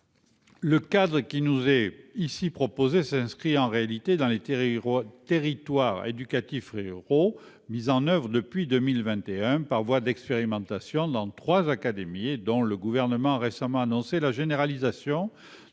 Le cadre qui nous est ici proposé s'inscrit en réalité pleinement dans les territoires éducatifs ruraux (TER) mis en oeuvre depuis 2021 par voie d'expérimentation dans trois académies et dont le Gouvernement a récemment annoncé la généralisation